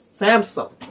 Samsung